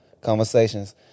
conversations